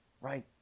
right